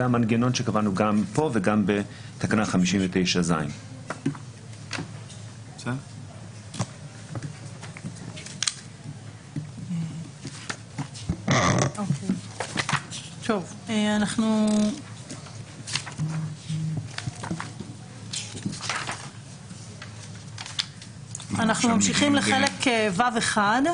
זה המנגנון שקבענו גם כאן וגם בתקנה 59ז. אנחנו ממשיכים לחלק ו'1.